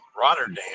Rotterdam